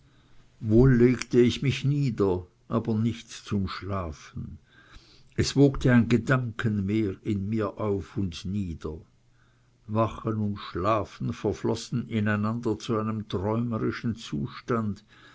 wohl legte ich mich nieder aber nicht zum schlafen es wogte ein gedankenmeer in mir auf und nieder wachen und schlafen verflossen in einander zu einem träumerischen zustand